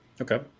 Okay